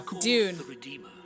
Dune